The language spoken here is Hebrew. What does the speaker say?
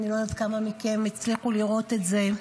אני לא יודעת כמה מכם הצליחו לראות את זה,